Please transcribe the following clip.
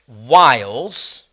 wiles